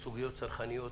אותנטי.